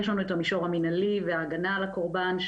יש לנו את המישוב המינהלי וההגנה על הקורבן,